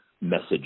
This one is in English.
message